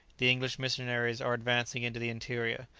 the english missionaries are advancing into the interior.